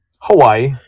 Hawaii